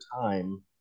time